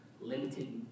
Limited